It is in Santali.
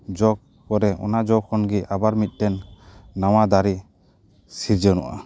ᱡᱚ ᱯᱚᱨᱮ ᱚᱱᱟ ᱡᱚ ᱠᱷᱚᱱ ᱜᱮ ᱟᱵᱟᱨ ᱢᱤᱫᱴᱮᱱ ᱱᱟᱣᱟ ᱫᱟᱨᱮ ᱥᱤᱨᱡᱚᱱᱚᱜᱼᱟ